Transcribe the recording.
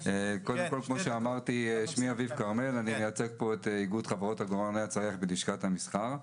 אני מייצג פה את איגוד חברות עגורני הצריח באיגוד לשכות המסחר.